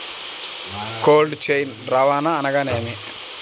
Cold chain రవాణా అనగా నేమి?